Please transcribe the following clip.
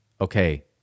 okay